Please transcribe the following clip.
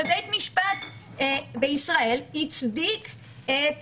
ובית משפט בישראל הצדיק את